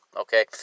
Okay